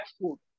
food